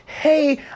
Hey